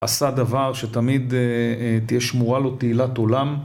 עשה דבר שתמיד תהיה שמורה לו תהילת עולם